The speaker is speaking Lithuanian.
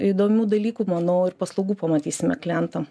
įdomių dalykų manau ir paslaugų pamatysime klientam